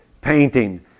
painting